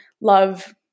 love